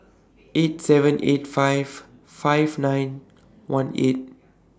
eight seven eight five five nine one eight